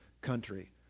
country